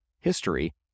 history